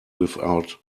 without